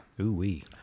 Ooh-wee